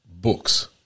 books